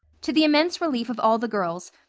to the immense relief of all the girls,